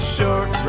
Short